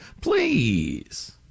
Please